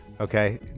Okay